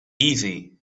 easy